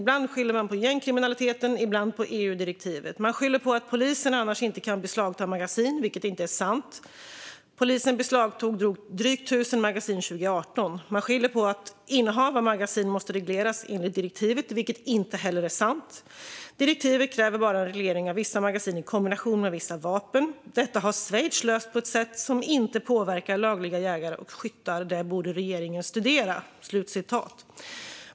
Ibland skyller man på gängkriminaliteten, ibland på EU-direktivet. Man skyller på att polisen annars inte kan beslagta magasin, vilket inte är sant. Polisen beslagtog drygt tusen magasin 2018. Man skyller på att innehav av magasin måste regleras enligt direktivet, vilket inte heller är sant. Direktivet kräver bara en reglering av vissa magasin i kombination med vissa vapen. Detta har Schweiz löst på ett sätt som inte påverkar lagliga jägare och skyttar. Det borde regeringen studera."